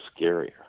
scarier